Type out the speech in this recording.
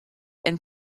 and